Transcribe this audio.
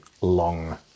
long